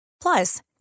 Plus